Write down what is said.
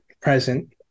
present